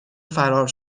فرار